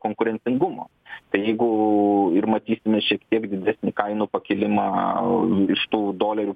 konkurencingumo tai jeigu ir matysime šiek tiek didesnį kainų pakilimą iš tų dolerių